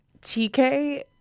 TK